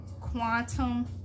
quantum